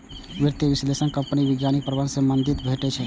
वित्तीय विश्लेषक सं कंपनीक वैज्ञानिक प्रबंधन मे मदति भेटै छै